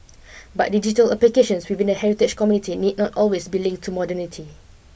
but digital applications within the heritage community need not always be linked to modernity